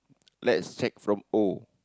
let's check from O